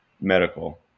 Medical